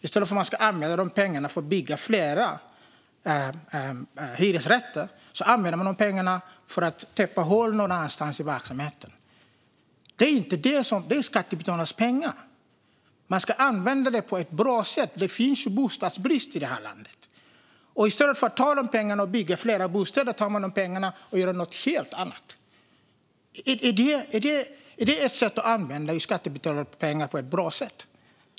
I stället för att använda de pengarna för att bygga fler hyresrätter använder man dem till att täppa till hål någon annanstans i verksamheten. Det är skattebetalarnas pengar. De ska användas på ett bra sätt. Det är ju bostadsbrist i det här landet. I stället för att använda de här pengarna till att bygga fler bostäder gör man någonting helt annat. Är det att använda skattebetalarnas pengar på ett bra sätt?